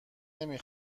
نمی